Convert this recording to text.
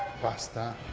pasta